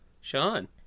Sean